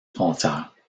frontières